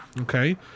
okay